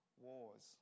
Wars